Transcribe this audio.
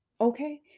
okay